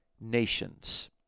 nations